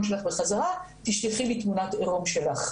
שלך בחזרה תשלחי לי תמונת עירום שלך.